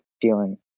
feeling